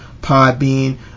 Podbean